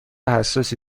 حساسی